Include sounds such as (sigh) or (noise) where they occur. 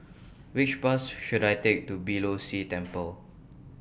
(noise) Which Bus should I Take to Beeh Low See Temple (noise)